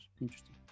Interesting